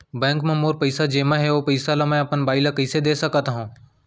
Bank म मोर पइसा जेमा हे, ओ पइसा ला अपन बाई ला कइसे दे सकत हव?